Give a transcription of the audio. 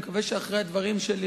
אני מקווה שאחרי הדברים שלי,